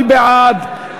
מי בעד?